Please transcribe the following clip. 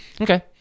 okay